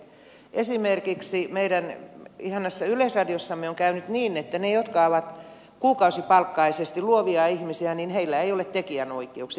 esimerkiksi meidän ihanassa yleisradiossamme on käynyt niin että niillä jotka ovat kuukausipalkkaisesti luovia ihmisiä ei ole tekijänoikeuksia